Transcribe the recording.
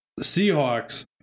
Seahawks